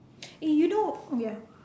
eh you know ya